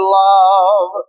love